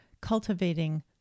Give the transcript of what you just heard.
cultivating